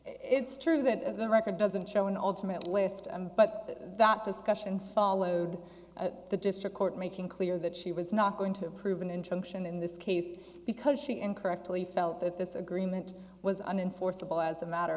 it's true that the record doesn't show an ultimate list but that discussion followed the district court making clear that she was not going to approve an injunction in this case because she incorrectly felt that this agreement was an in forcible as a matter